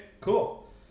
cool